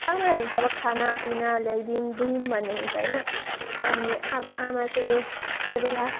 कहाँबाट हुन्छ अब खानापिना ल्याइदिउँ दिउँ भन्ने हुन्छ होइन अनि अब आमा चाहिँले कोही बेला